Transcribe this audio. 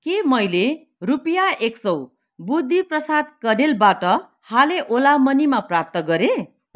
के मैले रुपियाँ एक सौ बुद्धि प्रसाद कँडेलबाट हालै ओला मनीमा प्राप्त गरेँ